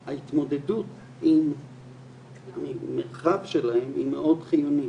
ההתמודדות עם המרחב שלהם היא מאוד חיונית.